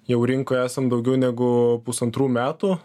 jau rinkoje esant daugiau negu pusantrų metų